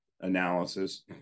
analysis